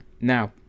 Now